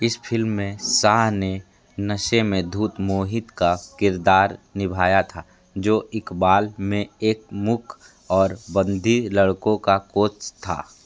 इस फ़िल्म में शाह ने नशे में धुत मोहित का किरदार निभाया था जो इकबाल में एक मूक और बंधी लड़के का कोच था